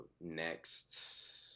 next